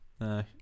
no